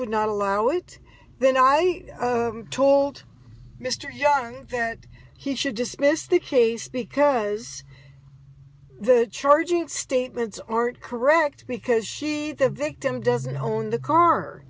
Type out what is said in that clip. would not allow it then i told mr young that he should dismiss the case because the charging statements or correct because she the victim doesn't own the car